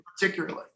Particularly